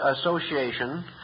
association